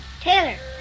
Taylor